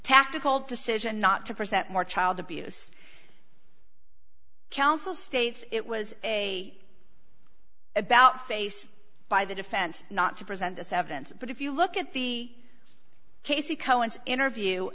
tactical decision not to present more child abuse council states it was a about face by the defense not to present this evidence but if you look at the casey cohen's interview